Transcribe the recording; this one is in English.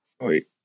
Wait